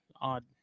odd